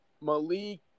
Malik